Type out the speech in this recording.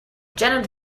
janet